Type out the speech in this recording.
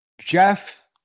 Jeff